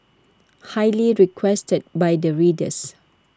highly requested by the readers